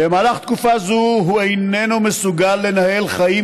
במהלך תקופה זו הוא איננו מסוגל לנהל חיים